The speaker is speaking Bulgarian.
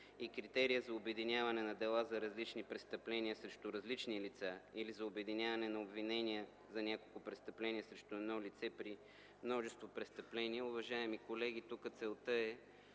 и критерия за обединяване на дела за различни престъпления срещу различни лица или за обединяване на обвинения за някакво престъпление срещу едно лице при множество престъпления. Уважаеми колеги, тук целта е